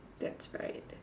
that's right